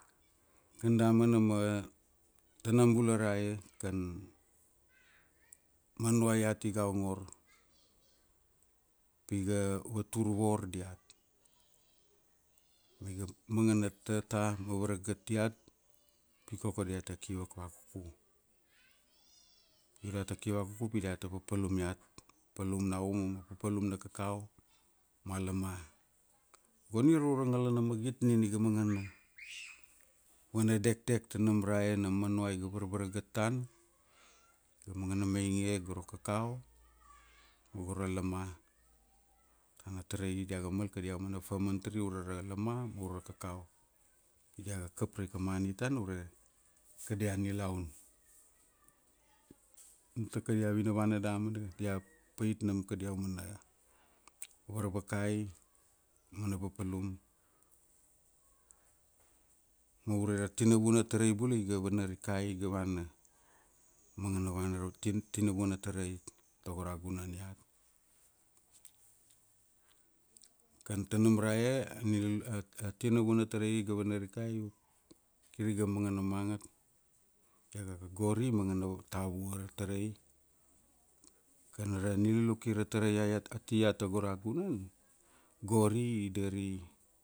Kan damana ma, tanam bula ra e, kan, Manua iat iga ongor pi ga vatur vor diat. Maiga managana tata ma varagat diat pi koko diata ki vakvakuku. Pi diata ki vakvakuku pi diata papalum iat. Papalum na uma ma papalum na kakao ma lama. Gon ia raura ngala na magit nin iga mangana, vana dekdek tanam ra e nam Manua iga varvaragat tana. Iga mangana mainge go ra kakao, ma go ra lama. Kan a tarai diaga mal kadia mana famantri ure ra lama ma ure ra kakao. Pi diaga kap raika mani tana ure kadia nilaun. Nam ka kadia vinavana damana, dia pait nam kadia mana varvakai, mana papalum. Ma ure ti na vunatarai bula iga vanarikai. Iga vana. Mangana vana ra tina vunatarai tago ra gunan iat. Kan tana ra e, ni ra, a ti na vunatarai iga vana rikai, kir iga mangana manga. Ia ka gori i managana tavua ra tarai. Kana ra niluluki ra tarai ai iat, ati iat tago ra gunan, gori i dari